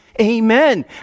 Amen